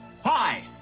Hi